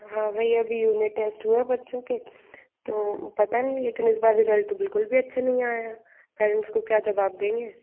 हाँ भाई अभी यूनिट टेस्ट हुए हैं बच्चों के तो पता नहीं लेकिन इस बार रिजल्ट तो बिल्कुल भी अच्छे नहीं आए हैं पेरेंट्स को क्या जवाब देंगे